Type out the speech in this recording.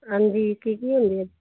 ਹਾਂਜੀ ਕੀ ਕੀ ਹੁੰਦੇ ਆ